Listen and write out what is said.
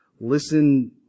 listen